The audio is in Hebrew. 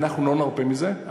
אנחנו לא נרפה מזה.